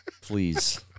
Please